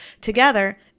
together